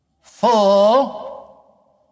full